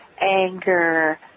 anger